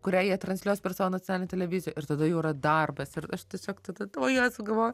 kurią jie transliuos per savo nacionalinę televiziją ir tada jau yra darbas ir aš tiesiog tada o jėzau galvoju